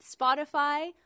Spotify